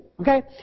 okay